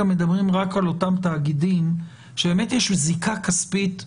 מדברים רק על אותם תאגידים שבאמת יש זיקה כספית ברורה,